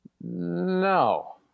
No